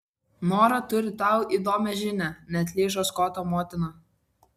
nora turi tau įdomią žinią neatlyžo skoto motina